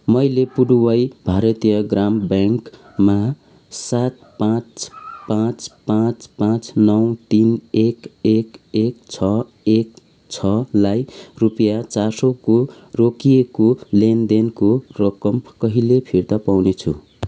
मैले पुडुवाई भारतियार ग्राम ब्याङ्कमा सात पाचँ पाचँ पाचँ पाचँ नौ तिन एक एक एक छ एक छ लाई रुपियाँ चार सौको रोकिएको लेनदेनको रकम कहिले फिर्ता पाउनेछु